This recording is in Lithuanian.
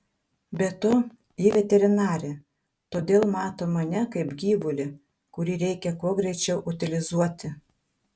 be to ji veterinarė todėl mato mane kaip gyvulį kurį reikia kuo greičiau utilizuoti